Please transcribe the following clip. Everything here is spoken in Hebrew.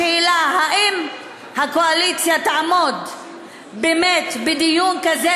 השאלה אם הקואליציה תעמוד באמת בדיון כזה,